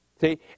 See